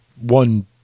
one